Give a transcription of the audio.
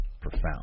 Profound